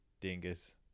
dingus